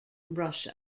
rush